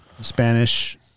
Spanish